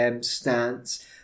stance